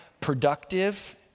productive